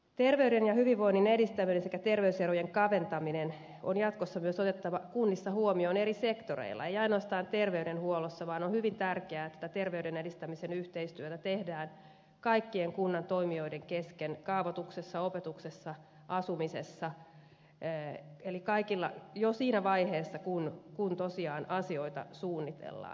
terveyden ja hyvinvoinnin edistäminen sekä terveyserojen kaventaminen on jatkossa otettava kunnissa huomioon myös eri sektoreilla ei ainoastaan terveydenhuollossa vaan on hyvin tärkeää että terveyden edistämisen yhteistyötä tehdään kaikkien kunnan toimijoiden kesken kaavoituksessa opetuksessa asumisessa eli kaikilla alueilla jo siinä vaiheessa kun tosiaan asioita suunnitellaan